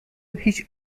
هیچ